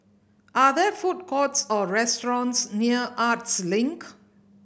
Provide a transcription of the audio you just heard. are there food courts or restaurants near Arts Link